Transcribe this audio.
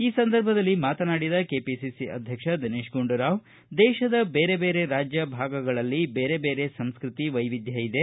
ಈ ಸಂದರ್ಭದಲ್ಲಿ ಮಾತನಾಡಿದ ಕೆಪಿಸಿಸಿ ಅಧ್ಯಕ್ಷ ದಿನೇತ ಗುಂಡೂರಾವ್ ದೇಶದ ಬೇರೆ ಬೇರೆ ರಾಜ್ಯ ಭಾಗಗಳಲ್ಲಿ ಬೇರೆ ಬೇರೆ ಸಂಸ್ಕತಿ ವೈವಿಧ್ಯ ಇದೆ